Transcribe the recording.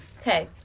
Okay